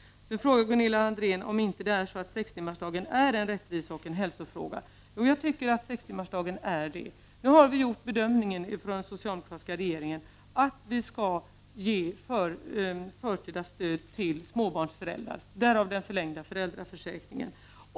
Gunilla André frågar också om inte sextimmarsdagen är en rättviseoch hälsofråga. Jo, jag tycker att det är så. Nu har vi i den socialdemokratiska regeringen gjort den bedömningen att vi skall ge förtida stöd till småbarnsföräldrar — därav den förlängda föräldraförsäkringen.